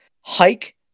hike